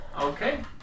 Okay